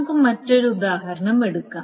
നമുക്ക് മറ്റൊരു ഉദാഹരണം എടുക്കാം